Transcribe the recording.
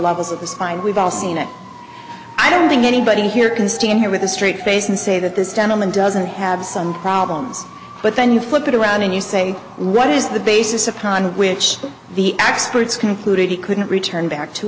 levels of the spine we've all seen it i don't think anybody here can stand here with a straight face and say that this gentleman doesn't have some problems but then you flip it around and you say what is the basis upon which the experts concluded he couldn't return back to